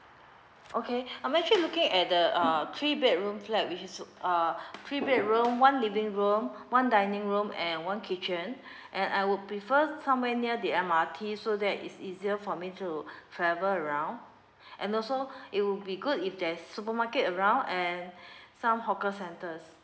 okay I'm actually looking at the uh three bedrooms flat which is uh three bedroom one living room one dining room and one kitchen and I would prefer somewhere near the M_R_T so that it's easier for me to travel around and also it will be good if there's supermarket around and some hawker centers